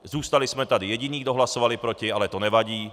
Zůstali jsme tady jediní, kdo hlasovali proti, ale to nevadí.